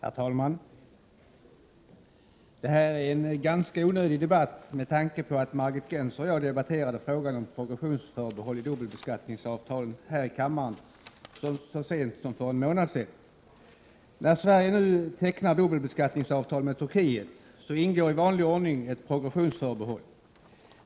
Herr talman! Det här är en ganska onödig debatt, med tanke på att Margit Gennser och jag debatterade frågan om progressionsförbehåll i dubbelbeskattningsavtalen här i kammaren så sent som för en månad sedan. När Sverige nu tecknar dubbelbeskattningsavtal med Turkiet ingår i vanlig ordning ett progressionsförbehåll.